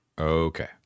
Okay